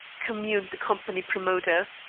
communed the company promoter.